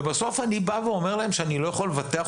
ובסוף אני אומר להם שאני לא יכול לבטח